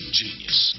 genius